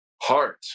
heart